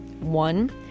one